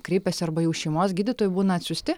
kreipiasi arba jau šeimos gydytojų būna atsiųsti